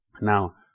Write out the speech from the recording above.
Now